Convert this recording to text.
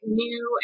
new